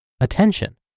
attention